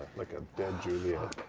like a dead juliet.